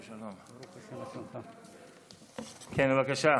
כן, בבקשה.